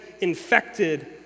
infected